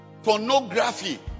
pornography